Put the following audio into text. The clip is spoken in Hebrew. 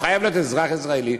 הוא חייב להיות אזרח ישראלי,